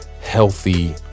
Healthy